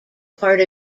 part